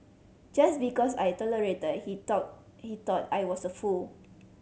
just because I tolerated he thought he thought I was a fool